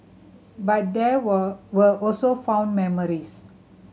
but there were were also fond memories